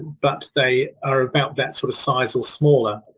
but they are about that sort of size or smaller.